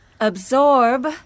Absorb